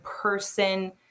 person